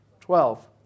twelve